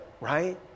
right